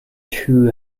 two